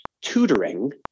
tutoring